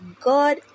God